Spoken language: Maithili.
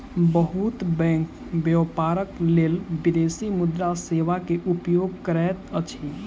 बहुत बैंक व्यापारक लेल विदेशी मुद्रा सेवा के उपयोग करैत अछि